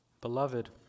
Beloved